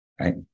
right